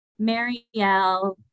Marielle